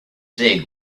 dig